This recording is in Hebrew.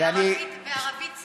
בערבית צחה.